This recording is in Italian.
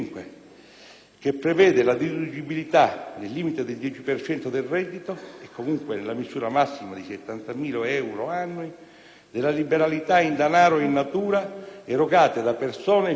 che prevede la deducibilità, nel limite del 10 per cento del reddito e comunque nella misura massima di 70.000 euro annui, delle liberalità in denaro o in natura erogate da persone fisiche